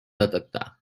detectar